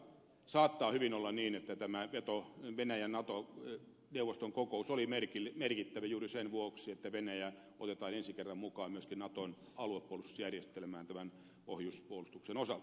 saattaa hyvin olla niin että tämä venäjänato neuvoston kokous oli merkittävä juuri sen vuoksi että venäjä otetaan ensi kerran mukaan myöskin naton aluepuolustusjärjestelmään tämän ohjuspuolustuksen osalta